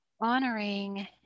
honoring